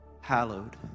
hallowed